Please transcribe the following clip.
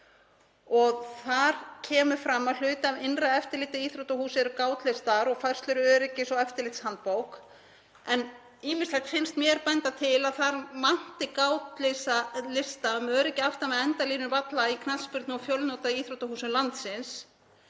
Þar kemur fram að hluti af innra eftirliti íþróttahúsa eru gátlistar og færslur í öryggis- og eftirlitshandbók en ýmislegt finnst mér benda til að þar vanti gátlista um öryggi aftan við endalínu valla í knattspyrnu- og fjölnota íþróttahúsum landsins,